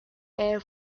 air